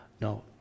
No